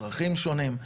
צרכים שונים,